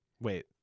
Wait